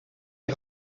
est